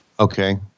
Okay